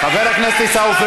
חבר הכנסת עיסאווי